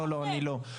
לא, אני לא.